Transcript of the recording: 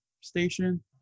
station